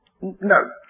no